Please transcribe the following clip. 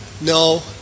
No